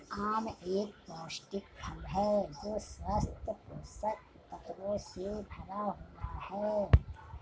आम एक पौष्टिक फल है जो स्वस्थ पोषक तत्वों से भरा हुआ है